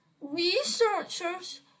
Researchers